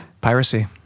Piracy